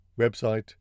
Website